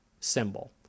symbol